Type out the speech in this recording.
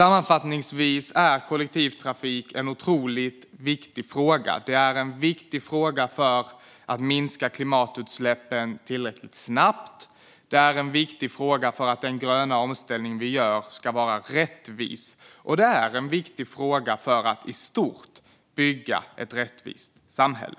Sammanfattningsvis är kollektivtrafik en mycket viktig fråga för att minska klimatutsläppen tillräckligt snabbt, för att den gröna omställningen ska vara rättvis och för att i stort bygga ett rättvist samhälle.